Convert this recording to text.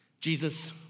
Jesus